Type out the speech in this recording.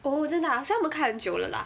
oh 真的 ah 所以她们开很久了 lah